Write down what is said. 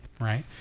right